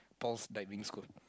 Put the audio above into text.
Paul's diving squad